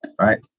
Right